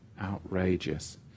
Outrageous